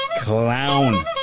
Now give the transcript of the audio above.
clown